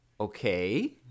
Okay